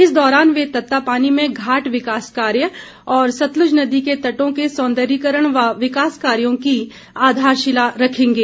इस दौरान वे तत्तापानी में घाट विकास कार्य और सतलुज नदी के तटों के सौंदर्यीकरण व विकास कार्यों की आधारशिला रखेंगे